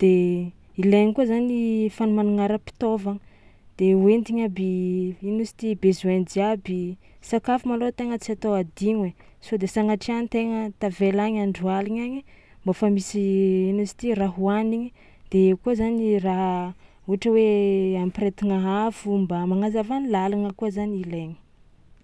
de ilaigny koa zany fanomanagna ara-pitaovagna de hoentigna aby ino mo izy ty besoin jiaby, sakafo malôha tegna tsy atao adigno ai sao de sagnatria an-tegna tavela agny andro aligny agny mbô fa misy ino izy ity raha hohanigny de eo koa zany raha ohatra hoe ampirehetigna afo mba magnazava ny làlagna koa zany ilaigna.